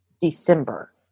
December